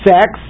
Sex